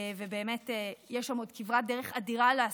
באמת יש שם עוד כברת דרך אדירה לעשות,